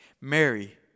Mary